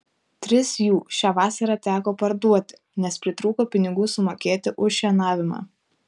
tris jų šią vasarą teko parduoti nes pritrūko pinigų sumokėti už šienavimą